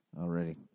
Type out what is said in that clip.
Already